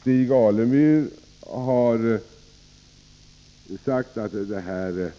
Stig Alemyr har sagt att detta